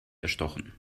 erstochen